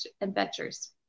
adventures